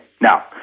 now